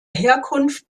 herkunft